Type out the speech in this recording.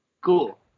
Cool